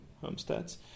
homesteads